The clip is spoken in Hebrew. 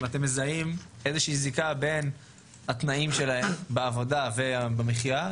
האם אתם מזהים איזושהי זיקה בין התנאים שלהם בעבודה ובמחייה,